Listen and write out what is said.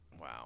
Wow